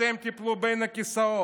אתם תיפלו בין הכיסאות,